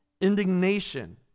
indignation